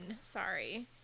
sorry